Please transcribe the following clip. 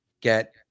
get